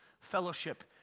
fellowship